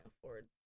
afford